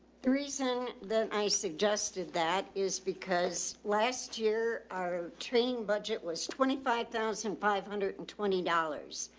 the reason that i suggested that is because last year our training budget was twenty five thousand five hundred and twenty dollars.